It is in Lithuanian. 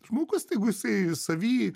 žmogus tai jeigu jisai savy